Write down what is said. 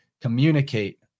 communicate